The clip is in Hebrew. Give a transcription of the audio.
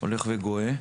הולכת וגוברת.